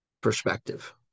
perspective